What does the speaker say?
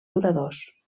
duradors